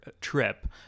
trip